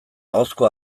ahozko